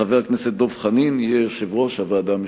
חבר הכנסת דב חנין יהיה יושב-ראש הוועדה המשותפת.